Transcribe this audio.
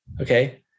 Okay